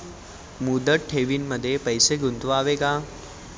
मुदत ठेवींमध्ये पैसे गुंतवावे का?